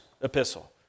epistle